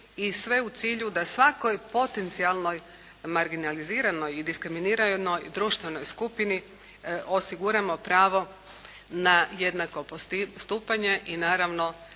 i sve u cilju da svakoj potencijalnoj marginaliziranoj i diskriminiranoj društvenoj skupini osiguramo pravo na jednako postupanje i naravno